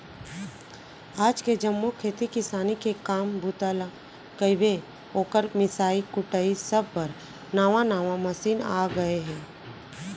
आज के जम्मो खेती किसानी के काम बूता ल कइबे, ओकर मिंसाई कुटई सब बर नावा नावा मसीन आ गए हे